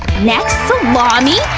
next salami.